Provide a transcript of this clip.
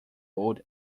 old